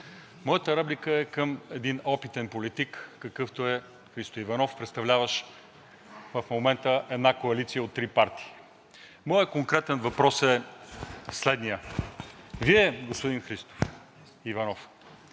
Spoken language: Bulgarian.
Моята реплика е към един опитен политик, какъвто е Христо Иванов, представляващ в момента една коалиция от три партии. Моят конкретен въпрос е следният: Вие, господин Христо Иванов,